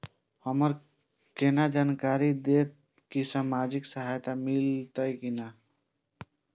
हमरा केना जानकारी देते की सामाजिक सहायता मिलते की ने?